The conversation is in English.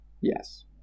Yes